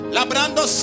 Labrando